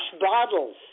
bottles